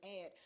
add